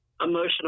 emotional